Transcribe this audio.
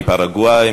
מפרגוואי,